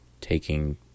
taking